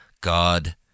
God